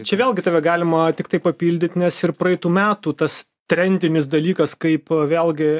čia vėlgi tave galima tiktai papildyt nes ir praeitų metų tas trendinis dalykas kaip vėlgi